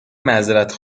معذرت